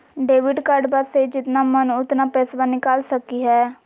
Debit कार्डबा से जितना मन उतना पेसबा निकाल सकी हय?